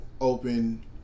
open